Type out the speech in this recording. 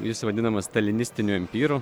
jis vadinamas stalinistiniu empiru